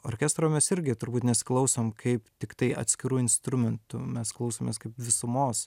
orkestro mes irgi turbūt nesiklausom kaip tiktai atskirų instrumentų mes klausomės kaip visumos